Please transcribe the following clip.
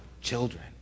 children